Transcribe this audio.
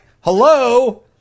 hello